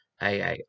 AA